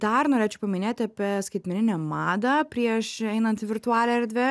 dar norėčiau paminėt apie skaitmeninę madą prieš einant į virtualią erdvę